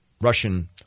Russian